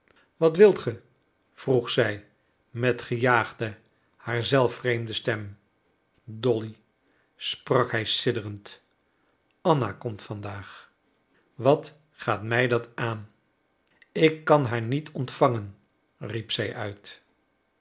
wat wilt gij vroeg zij met gejaagde haar zelf vreemde stem dolly sprak hij sidderend anna komt van daag wat gaat mij dat aan ik kan haar niet ontvangen riep zij uit